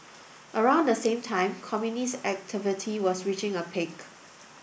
around the same time communist activity was reaching a peak